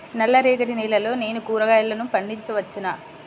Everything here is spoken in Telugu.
నల్ల రేగడి నేలలో నేను కూరగాయల పంటను వేయచ్చా?